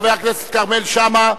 חבר הכנסת כרמל שאמה,